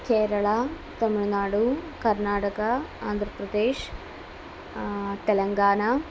Kerala Tamil Nadu Karnataka Andhra Pradesh Telangana